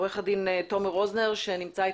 עו"ד תומר רוזנר שנמצא גם